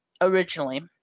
originally